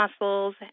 muscles